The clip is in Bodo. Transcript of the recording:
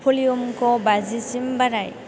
भलिउमखौ बाजिसिम बाराय